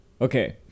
Okay